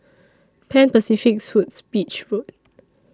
Pan Pacific Suites Beach Road